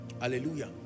Hallelujah